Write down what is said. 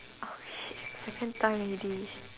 oh shit second time already